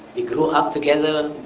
up together,